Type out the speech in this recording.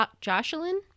Jocelyn